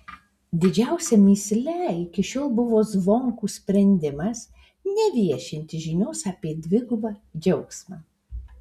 didžiausia mįsle iki šiol buvo zvonkų sprendimas neviešinti žinios apie dvigubą džiaugsmą